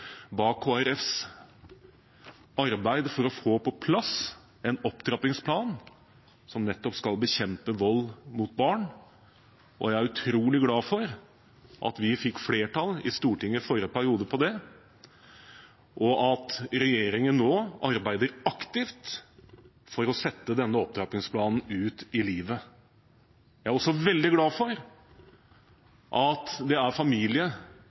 bak Kristelig Folkepartis arbeid for å få på plass en opptrappingsplan som nettopp skal bekjempe vold mot barn. Jeg er utrolig glad for at vi fikk flertall i Stortinget i forrige periode for det, og at regjeringen nå arbeider aktivt for å sette denne opptrappingsplanen ut i livet. Jeg er også veldig glad for at det er